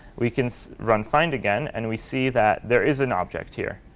we can run find again, and we see that there is an object here.